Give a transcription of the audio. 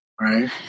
right